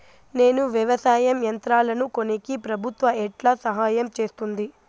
నేను వ్యవసాయం యంత్రాలను కొనేకి ప్రభుత్వ ఎట్లా సహాయం చేస్తుంది?